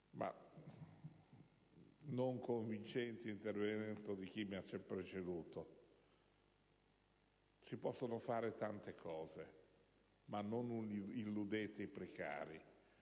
ma non convincente intervento di chi mi ha preceduto: si possono fare tante cose, ma non illudete i precari,